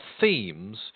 themes